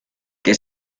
que